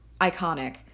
iconic